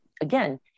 again